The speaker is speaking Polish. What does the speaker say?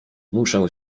muszę